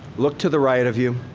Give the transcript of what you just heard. look to the right of you.